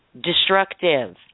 destructive